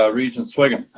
ah regent sviggum.